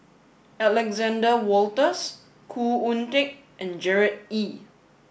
Alexander Wolters Khoo Oon Teik and Gerard Ee